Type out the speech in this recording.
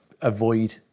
avoid